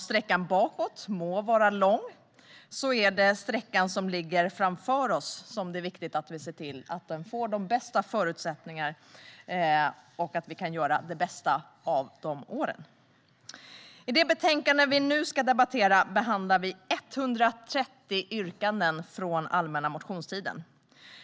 Sträckan bakåt må vara lång, men det är viktigt att se till att den sträcka som ligger framför oss har de bästa förutsättningarna och att vi kan göra det bästa av de år som återstår. I det betänkande som vi nu ska debattera behandlar vi 130 yrkanden från allmänna motionstiden.